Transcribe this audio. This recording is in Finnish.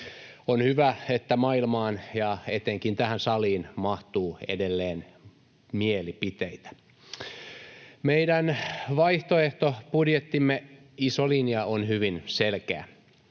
On hyvä, että maailmaan ja etenkin tähän saliin mahtuu edelleen mielipiteitä. Meidän vaihtoehtobudjettimme iso linja on hyvin selkeä.